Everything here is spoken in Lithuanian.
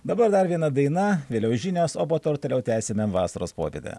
dabar dar viena daina vėliau žinios o po to ir toliau tęsime vasaros popietę